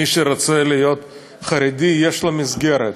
מי שרוצה להיות חרדי, יש לו מסגרת.